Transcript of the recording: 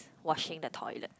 washing the toilet